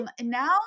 Now